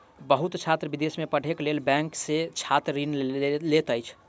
बहुत छात्र विदेश में पढ़ैक लेल बैंक सॅ छात्र ऋण लैत अछि